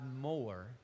more